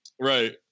Right